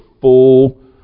full